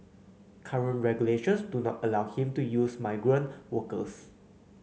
current regulations do not allow him to use migrant workers